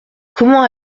comment